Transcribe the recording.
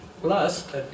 plus